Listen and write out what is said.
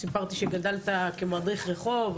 סיפרתי שגדלת כמדריך רחוב,